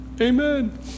Amen